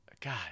God